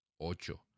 Ocho